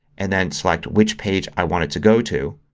and then select which page i want it to go to.